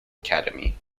academy